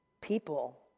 people